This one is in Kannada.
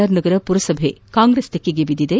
ಆರ್ ನಗರ ಪುರಸಭೆ ಕಾಂಗ್ರೆಸ್ ತೆಕ್ಕೆಗೆ ಬಿದ್ದಿದೆ